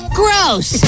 gross